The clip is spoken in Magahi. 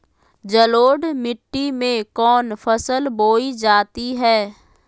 जलोढ़ मिट्टी में कौन फसल बोई जाती हैं?